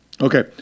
Okay